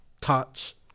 touch